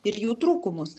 ir jų trūkumus